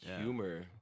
humor